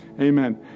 Amen